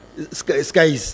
Sky